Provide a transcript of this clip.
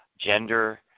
gender